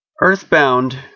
Earthbound